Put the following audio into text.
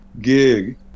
gig